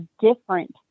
different